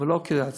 אבל לא כהצעה.